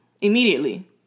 Immediately